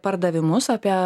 pardavimus apie